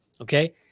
okay